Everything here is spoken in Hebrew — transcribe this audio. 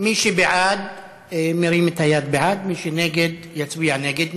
מי שבעד, מרים את היד בעד, מי שנגד, יצביע נגד.